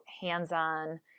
hands-on